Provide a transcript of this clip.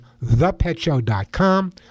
thepetshow.com